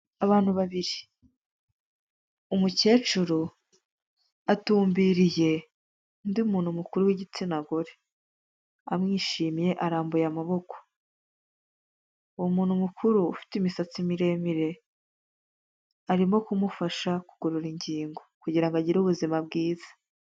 Abantu babiri, umukecuru atumbiriye undi muntu mukuru w'igitsina gore, amwishimye arambuye amaboko. Uwo muntu mukuru ufite imitsi miremire, arimo kumufasha kugorora ingingo kugira ngo agire ubuzima bwiza.